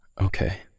Okay